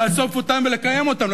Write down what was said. לאסוף אותם ולקיים אותם.